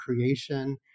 creation